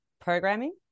programming